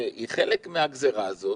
שהיא חלק מהגזרה הזאת,